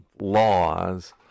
laws